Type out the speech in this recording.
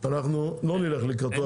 אנחנו לא נלך לקראתו,